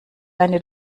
eine